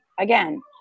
again